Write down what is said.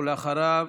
ואחריו,